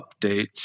updates